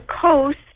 coast